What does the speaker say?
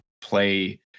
play